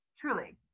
truly